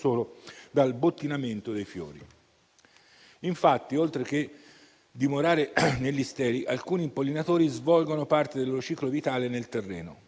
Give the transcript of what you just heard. solo dal bottinamento dei fiori. Infatti, oltre che dimorare negli steli, alcuni impollinatori svolgono parte del loro ciclo vitale nel terreno.